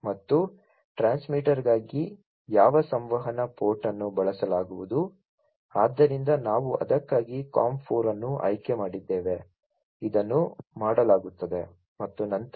ಮತ್ತು ಟ್ರಾನ್ಸ್ಮಿಟರ್ಗಾಗಿ ಯಾವ ಸಂವಹನ ಪೋರ್ಟ್ ಅನ್ನು ಬಳಸಲಾಗುವುದು ಆದ್ದರಿಂದ ನಾವು ಅದಕ್ಕಾಗಿ COM 4 ಅನ್ನು ಆಯ್ಕೆ ಮಾಡಿದ್ದೇವೆ ಇದನ್ನು ಮಾಡಲಾಗುತ್ತದೆ ಮತ್ತು ನಂತರ